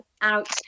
out